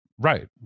right